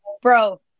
Bro